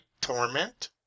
torment